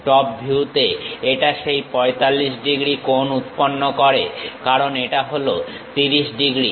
top ভিউতে এটা সেই 45 ডিগ্রী কোণ উৎপন্ন করে কারণ এটা হলো 30 ডিগ্রী